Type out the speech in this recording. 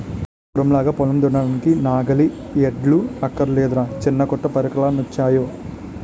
పూర్వంలాగా పొలం దున్నడానికి నాగలి, ఎడ్లు అక్కర్లేదురా చిన్నా కొత్త పరికరాలెన్నొచ్చేయో